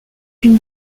une